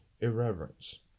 irreverence